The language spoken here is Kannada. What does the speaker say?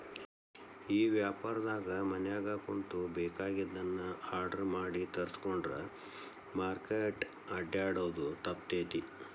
ಈ ವ್ಯಾಪಾರ್ದಾಗ ಮನ್ಯಾಗ ಕುಂತು ಬೆಕಾಗಿದ್ದನ್ನ ಆರ್ಡರ್ ಮಾಡಿ ತರ್ಸ್ಕೊಂಡ್ರ್ ಮಾರ್ಕೆಟ್ ಅಡ್ಡ್ಯಾಡೊದು ತಪ್ತೇತಿ